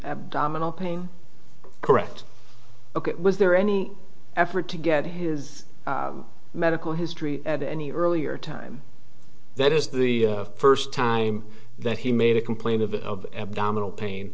abdominal pain correct ok was there any effort to get his medical history at any earlier time that is the first time that he made a complaint of abdominal pain